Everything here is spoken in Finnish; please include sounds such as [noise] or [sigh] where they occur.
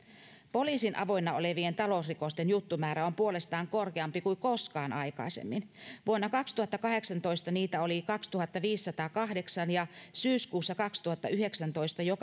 poliisin avoinna olevien talousrikosten juttumäärä on puolestaan korkeampi kuin koskaan aikaisemmin vuonna kaksituhattakahdeksantoista niitä oli kaksituhattaviisisataakahdeksan ja syyskuussa kaksituhattayhdeksäntoista jo [unintelligible]